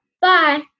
Bye